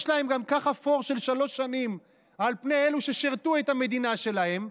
יש להם גם ככה פור של שלוש שנים על אלה ששירתו את המדינה שלהם,